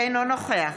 אינו נוכח